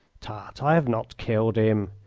tut! i have not killed him.